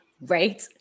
Right